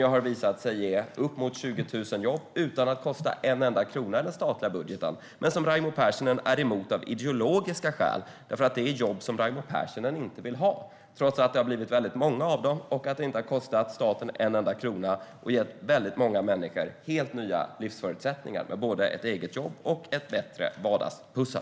Det har visat sig ge uppemot 20 000 jobb utan att kosta en enda krona i den statliga budgeten, men Raimo Pärssinen är emot det av ideologiska skäl. Detta är jobb som Raimo Pärssinen inte vill ha, trots att de har blivit många, inte har kostat staten en enda krona och har gett många människor helt nya livsförutsättningar med både ett eget jobb och ett bättre vardagspussel.